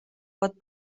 pot